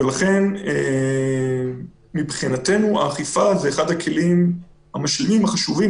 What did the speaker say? ולכן מבחינתנו האכיפה זה אחד הכלים המשלימים החשובים,